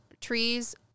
trees